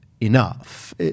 enough